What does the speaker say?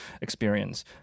experience